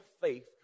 faith